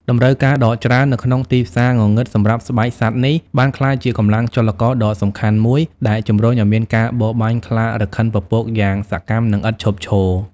តម្រូវការដ៏ច្រើននៅក្នុងទីផ្សារងងឹតសម្រាប់ស្បែកសត្វនេះ បានក្លាយជាកម្លាំងចលករដ៏សំខាន់មួយដែលជំរុញឲ្យមានការបរបាញ់ខ្លារខិនពពកយ៉ាងសកម្ម និងឥតឈប់ឈរ។